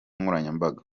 nkoranyambaga